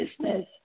business